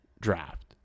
draft